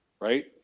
Right